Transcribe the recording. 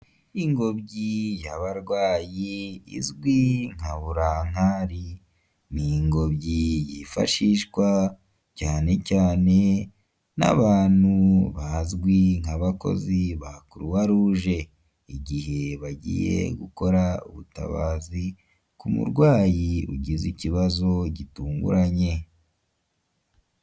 Ingobyi y'abarwayi izwi nka burankari n'ingobyi yifashishwa cyane cyane n'abantu bazwi nk'abakozi ba croix rouge, igihe bagiye gukora ubutabazi ku murwayi ugize ikibazo gitunguranye.